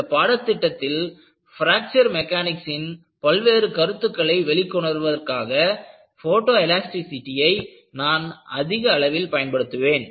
இந்த பாடத்திட்டத்தில் பிராக்சர் மெக்கானிக்ஸின் பல்வேறு கருத்துக்களை வெளிக்கொணர்வதற்காக போட்டோ எலாஸ்டிசிடி ஐ நான் அதிக அளவில் பயன்படுத்துவேன்